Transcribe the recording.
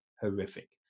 horrific